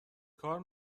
کار